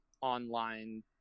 online